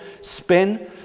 spin